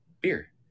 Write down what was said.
beer